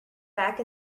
back